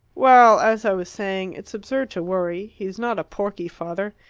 well, as i was saying, it's absurd to worry he's not a porky father.